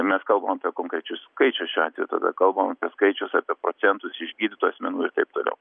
mes kalbam apie konkrečius skaičius šiuo atveju tada kalbam apie skaičius apie procentus išgydytų asmenų ir taip toliau